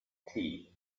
tea